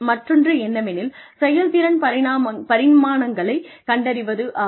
மற்றொன்று என்னவெனில் செயல்திறன் பரிமாணங்களைக் கண்டறிவதாகும்